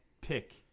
pick